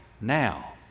now